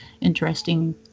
interesting